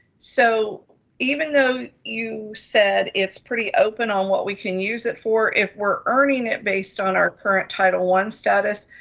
so even though you said it's pretty open on what we can use it for, if we're earning it based on our current title one status,